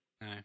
No